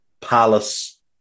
Palace